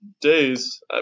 days